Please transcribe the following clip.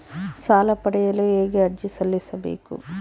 ಸಾಲ ಪಡೆಯಲು ಹೇಗೆ ಅರ್ಜಿ ಸಲ್ಲಿಸಬೇಕು?